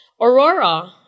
aurora